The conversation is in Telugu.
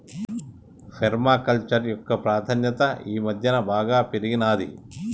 పేర్మ కల్చర్ యొక్క ప్రాధాన్యత ఈ మధ్యన బాగా పెరిగినాది